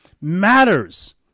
matters